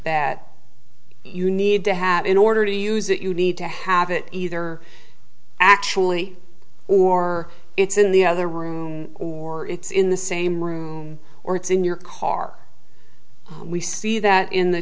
that you need to have in order to use it you need to have it either actually or it's in the other room or it's in the same room or it's in your car we see that in the